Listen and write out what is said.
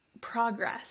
progress